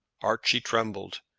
archie trembled,